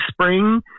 spring